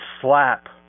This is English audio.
slap